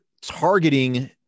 targeting